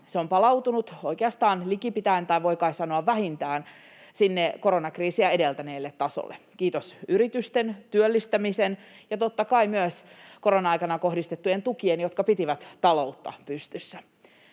Se on palautunut oikeastaan likipitäen tai, voi kai sanoa, vähintään koronakriisiä edeltäneelle tasolle, kiitos yritysten työllistämisen ja totta kai myös korona-aikana kohdistettujen tukien, jotka pitivät taloutta pystyssä.